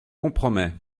compromet